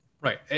right